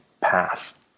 path